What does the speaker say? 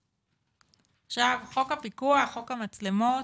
עכשיו, חוק הפיקוח, חוק המצלמות,